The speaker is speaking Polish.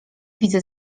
widzę